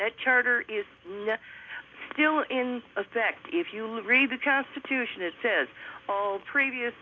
their charter is no still in effect if you read the constitution it says all previous